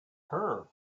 her